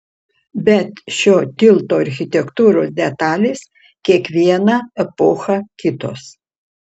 bet šio tilto architektūros detalės kiekvieną epochą kitos